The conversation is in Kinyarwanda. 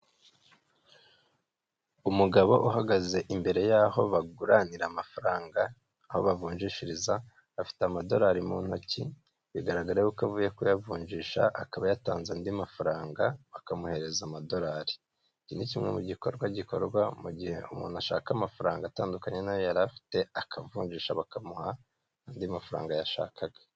Umugabo uhagaze imbere y'aho baguranira amafaranga, aho bavunjishiriza afite amadolari mu ntoki, bigaragara ko avuye kuyavunjisha akaba yatanze andi mafaranga bakamuhereza amadorari, iki ni kimwe mu gikorwa gikorwa mu gihe umuntu ashaka amafaranga atandukanye nayo yari afite akavunjisha bakamuha andi mafaranga yashakaga.